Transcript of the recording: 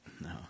No